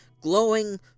glowing